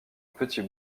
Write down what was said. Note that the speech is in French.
petit